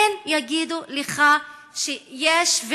הן יגידו לך שיש,